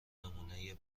نمونهی